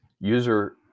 user